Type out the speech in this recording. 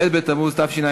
ב' בתמוז תשע"ד,